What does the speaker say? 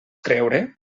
creure